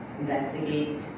investigate